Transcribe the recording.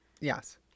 Yes